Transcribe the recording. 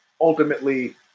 ultimately